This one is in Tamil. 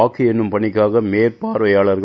வாக்க எண்ணம் பணிக்காக மேற்பார்வையாளர்கள்